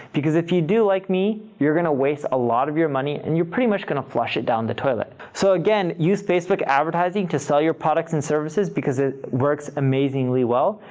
because if you do, like me, you're going to waste a lot of your money and you're pretty much going to flush it down the toilet. so again, use facebook advertising to sell your products and services because it works amazingly well.